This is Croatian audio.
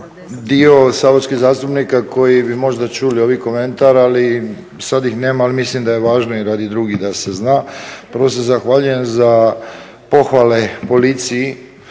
Dio saborskih zastupnika koji bi možda čuli ovaj komentar ali sad ih nema, ali mislim da je važno i radi drugih da se zna. Prvo se zahvaljujem za pohvale policiji